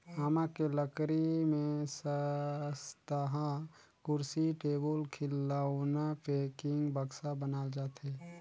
आमा के लकरी में सस्तहा कुरसी, टेबुल, खिलउना, पेकिंग, बक्सा बनाल जाथे